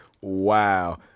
Wow